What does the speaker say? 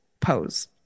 pose